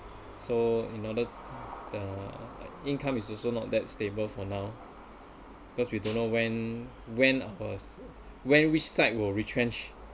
so in order uh income is also not that stable for now because we don't know when when was when which side were retrenched